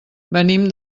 venim